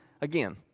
again